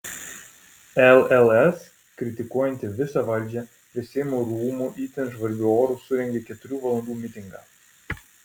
lls kritikuojanti visą valdžią prie seimo rūmų itin žvarbiu oru surengė keturių valandų mitingą